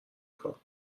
کار